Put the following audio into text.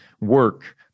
work